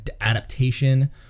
adaptation